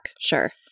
Sure